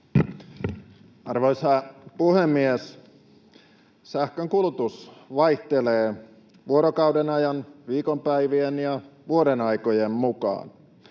Arvoisa puhemies! Sähkön kulutus vaihtelee vuorokaudenajan, viikonpäivien ja vuodenaikojen mukaan.